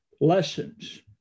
lessons